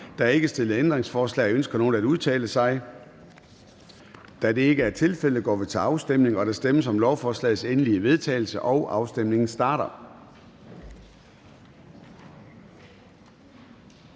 Der er ikke stillet ændringsforslag. Ønsker nogen at udtale sig? Da det ikke er tilfældet, går vi til afstemning. Kl. 14:21 Afstemning Formanden (Søren Gade): Der stemmes om lovforslagets endelige vedtagelse, og afstemningen starter.